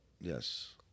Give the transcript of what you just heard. Yes